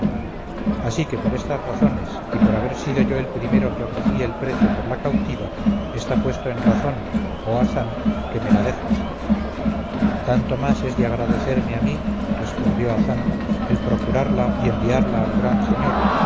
así que por estas razones y por haber sido yo el primero que ofrecí el precio por la cautiva está puesto en razón oh hazán que me la dejes tanto más es de agradecerme a mí respondió hazán el procurarla y enviarla al gran señor